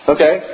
Okay